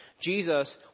Jesus